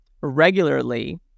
regularly